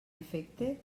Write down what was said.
efecte